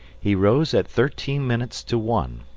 he rose at thirteen minutes to one,